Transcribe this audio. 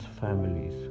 families